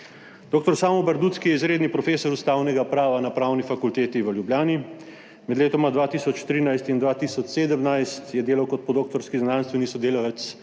Dr. Samo Bardutzky je izredni profesor ustavnega prava na Pravni fakulteti v Ljubljani. Med letoma 2013 in 2017 je delal kot podoktorski znanstveni sodelavec